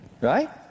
right